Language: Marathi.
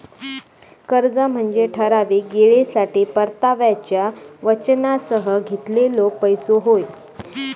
कर्ज म्हनजे ठराविक येळेसाठी परताव्याच्या वचनासह घेतलेलो पैसो होय